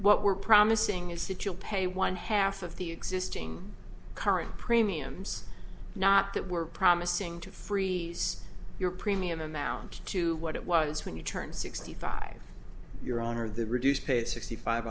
what we're promising is to chill pay one half of the existing current premiums not that we're promising to freeze your premium amount to what it was when you turned sixty five your honor the reduced paid sixty five